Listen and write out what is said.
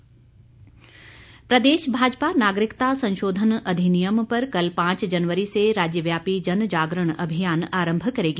जनजागरण प्रदेश भाजपा नागरिकता संशोधन अधिनियम पर कल पांच जनवरी से राज्यव्यापी जनजागरण अभियान आरंभ करेगी